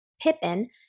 Pippin